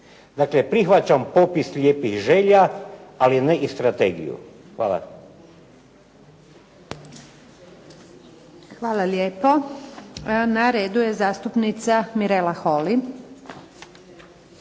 Dakle, prihvaćam popis lijepih želja ali ne i strategiju. Hvala. **Antunović, Željka (SDP)** Hvala lijepo. Na redu je zastupnica Mirela Holy.